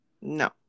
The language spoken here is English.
No